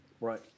Right